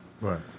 Right